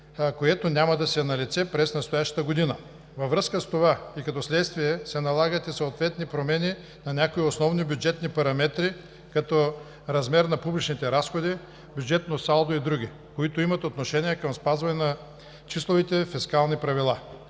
което няма да са налице през настоящата година. Във връзка с това и като следствие се налагат и съответни промени по някои основни бюджетни параметри, като размер на публичните разходи, бюджетно салдо и други, които имат отношение към спазването на числовите фискални правила.